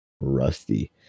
rusty